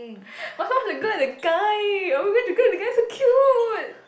must watch the girl and the guy oh my gosh the girl and the guy so cute